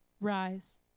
Rise